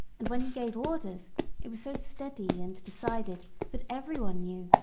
and when he gave orders it was so steady and decided that every one knew,